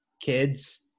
kids